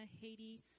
Haiti